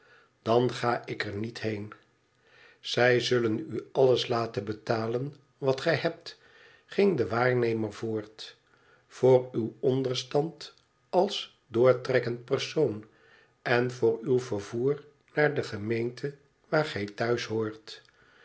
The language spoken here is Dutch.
dan ga ik er niet heen zij zullen u alles laten betalen wat gij hebt ging de waarnemer voort voor uw onderstand als doortrekkend persoon en voor uw vervoer naar de gemeente waar gij